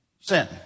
sin